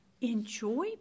enjoy